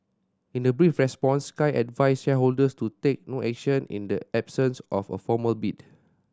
in a brief response Sky advised shareholders to take no action in the absence of a formal bid